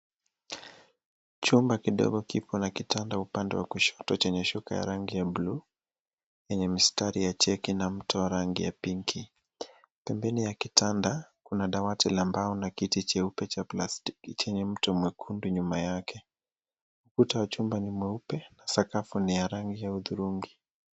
Chumba kidogo kipo na kitanda upande wa kushoto chenye shuka ya rangi ya bluu yenye mistari ya cheki na mto wa rangi ya pinki. Pembeni ya kitanda kuna dawati la mbao na kiti cheupe cha plastiki chenye mto mwekundu nyuma yake. Ukuta wa chumba ni mweupe na sakafu ni ya rangi ya hudhurungi.